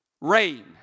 rain